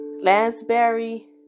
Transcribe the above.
Lansbury